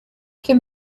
can